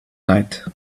night